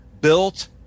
built